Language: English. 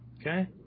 okay